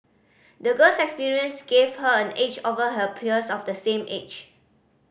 the girl's experience gave her an edge over her peers of the same age